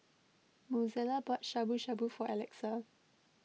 Mozella bought Shabu Shabu for Alexa